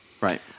Right